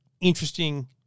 interesting